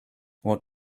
what